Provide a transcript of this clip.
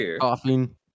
coughing